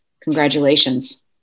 congratulations